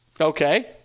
Okay